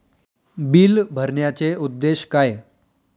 Bill भरण्याचे उद्देश काय?